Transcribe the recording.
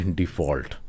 default